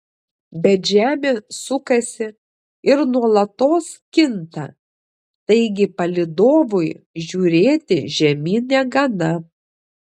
bet žemė sukasi ir nuolatos kinta taigi palydovui žiūrėti žemyn negana